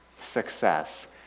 success